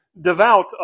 devout